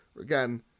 again